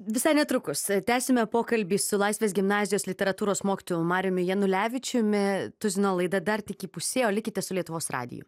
visai netrukus tęsime pokalbį su laisvės gimnazijos literatūros mokytoju mariumi janulevičiumi tuzino laida dar tik įpusėjo likite su lietuvos radiju